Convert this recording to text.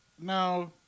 Now